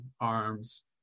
arms